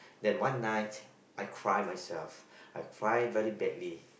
then one night I cry myself I cry very badly